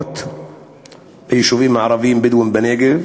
הרעות ביישובים הערביים הבדואיים בנגב.